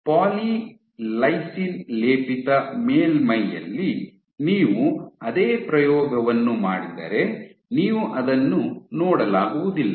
ಪಾಲಿ lysine ಲೇಪಿತ ಮೇಲ್ಮೈಯಲ್ಲಿ ನೀವು ಅದೇ ಪ್ರಯೋಗವನ್ನು ಮಾಡಿದರೆ ನೀವು ಅದನ್ನು ನೋಡಲಾಗುವುದಿಲ್ಲ